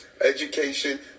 education